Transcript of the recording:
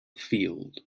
field